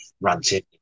ranting